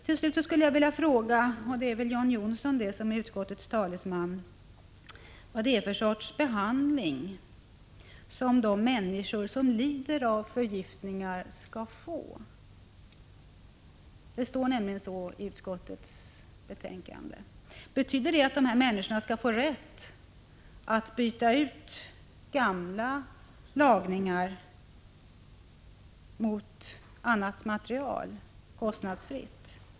nämligen om detta i utskottets betänkande. Betyder det att dessa människor skall få rätt att byta ut gamla lagningar mot annat material kostnadsfritt?